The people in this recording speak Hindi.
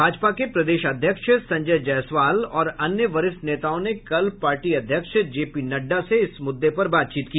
भाजपा के प्रदेश अध्यक्ष संजय जायसवाल और अन्य वरिष्ठ नेताओं ने कल पार्टी अध्यक्ष जे पी नड्डा से इस मुद्दे पर बातचीत की